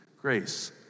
Grace